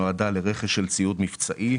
נועדה לרכש ציוד מבצעי,